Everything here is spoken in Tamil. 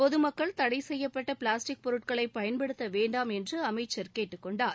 பொதுமக்கள் தடை செய்யப்பட்ட பிளாஸ்டிக் பொருட்களை பயன்படுத்த வேண்டாம் என்று அமைச்சர் டேக்டுக் கொண்டார்